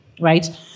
right